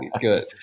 good